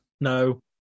No